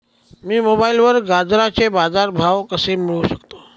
मी मोबाईलवर गाजराचे बाजार भाव कसे मिळवू शकतो?